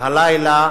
הלילה